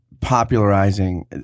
popularizing